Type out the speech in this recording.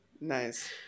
Nice